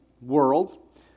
world